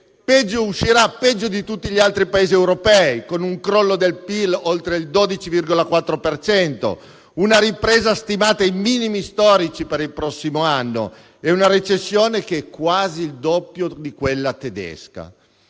l'Italia uscirà peggio di tutti gli altri Paesi europei, con un crollo del PIL di oltre il 12,4 per cento, una ripresa stimata ai minimi storici per il prossimo anno e una recessione che è quasi il doppio di quella tedesca.